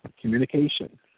communication